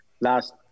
last